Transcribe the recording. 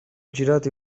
girati